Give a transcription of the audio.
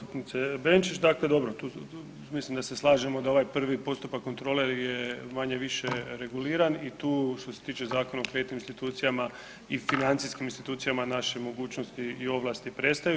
Uvažena zastupnice Benčić, dakle dobro tu mislim da se slažemo da ovaj prvi postupak kontrole je manje-više reguliran i tu što se tiče Zakona o kreditnim institucijama i financijskim institucijama naše mogućnosti i ovlasti prestaju.